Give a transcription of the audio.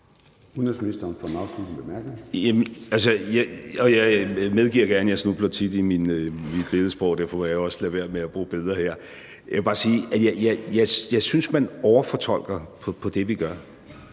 Jeg medgiver gerne, at jeg tit snubler i mit billedsprog, og derfor vil jeg også lade være med at bruge billeder her. Jeg vil bare sige, at jeg synes, man overfortolker det, vi gør.